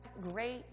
great